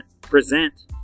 present